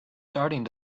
starting